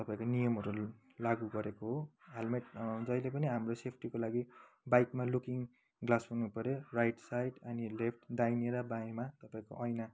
तपाईँ नियमहरू लागु गरेको हो हेलमेट जहिले पनि हाम्रो सेफ्टीको लागि बाइकमा लुकिङ ग्लास हुनुपर्यो राइट साइड अनि लेफ्ट दाहिने र बायाँमा तपाईँको ऐना